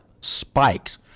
spikes